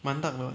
蛮 dark 的 [what]